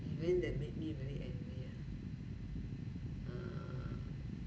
event that make me very angry lah uh